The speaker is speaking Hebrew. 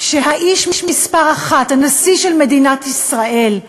שהאיש מספר אחת, הנשיא של מדינת ישראל,